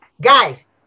Guys